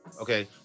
Okay